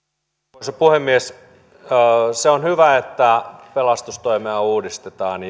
arvoisa puhemies on hyvä että pelastustoimea uudistetaan